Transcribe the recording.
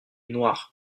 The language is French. noires